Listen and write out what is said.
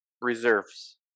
reserves